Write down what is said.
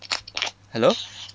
hello